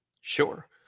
Sure